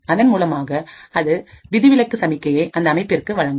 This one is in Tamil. அதன் மூலமாக அது விதிவிலக்கு சமிக்கையை அந்த அமைப்பிற்கு வழங்கும்